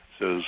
says